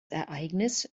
ereignis